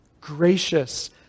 gracious